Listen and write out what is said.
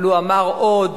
אבל הוא אמר עוד: